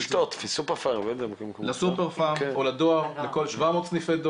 רשתות וסופר פארם, לא יודע, בכל מיני מקומות.